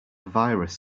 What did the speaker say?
virus